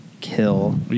kill